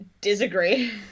disagree